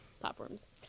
platforms